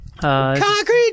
Concrete